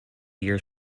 years